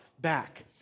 back